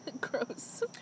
Gross